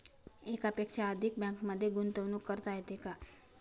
एकापेक्षा अधिक बँकांमध्ये गुंतवणूक करता येते का?